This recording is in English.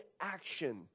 action